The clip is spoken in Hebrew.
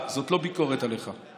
זה יביא לשסע גדול,